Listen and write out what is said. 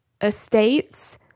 Estates